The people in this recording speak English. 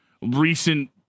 recent